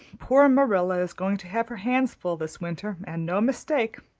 poor marilla is going to have her hands full this winter and no mistake.